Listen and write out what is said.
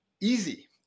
easy